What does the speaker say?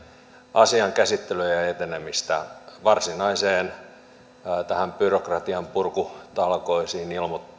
asian käsittelyä ja etenemistä varsinaiseen asiaan näihin byrokratianpurkutalkoisiin